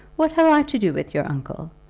what have i to do with your uncle?